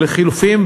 ולחלופין,